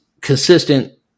consistent